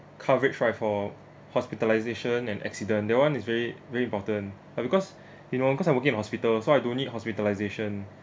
coverage right for hospitalization and accident that one is very very important but because you know because I'm working in hospital so I don't need hospitalization